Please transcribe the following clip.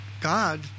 God